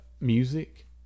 music